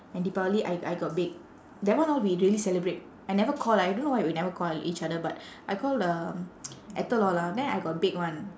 and deepavali I I got bake that one all we really celebrate I never call I don't know why we never call each other but I called um ethel all ah then I got bake [one]